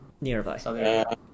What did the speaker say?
Nearby